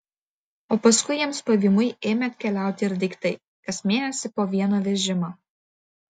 o paskui jiems pavymui ėmė atkeliauti ir daiktai kas mėnesį po vieną vežimą